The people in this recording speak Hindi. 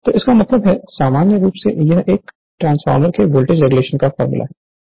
तो इसका मतलब है सामान्य रूप से यह एक ट्रांसफार्मर के वोल्टेज रेगुलेशन का फार्मूला है